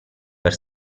per